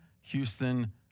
Houston